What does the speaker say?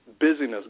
busyness